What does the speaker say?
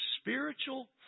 spiritual